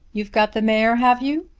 you've got the mare, have you?